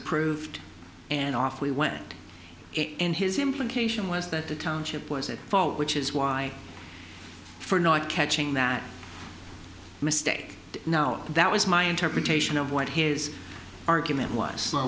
approved and off we went in his implication was that the township was at fault which is why for not catching that mistake now that was my interpretation of what his argument was s